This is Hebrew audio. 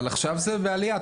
אבל עכשיו זה בעלייה.